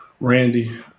Randy